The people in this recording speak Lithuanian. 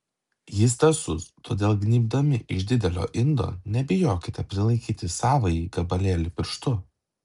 jis tąsus todėl gnybdami iš didelio indo nebijokite prilaikyti savąjį gabalėlį pirštu